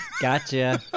Gotcha